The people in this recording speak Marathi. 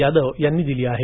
यादव यांनी दिली आहे